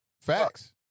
Facts